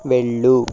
వెళ్ళు